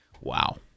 Wow